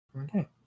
Okay